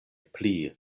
pli